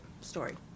story